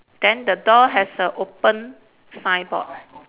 then the door has a open signboard